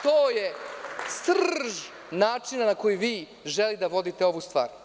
To je srž načina na koji vi želite da vodite ovu stvar.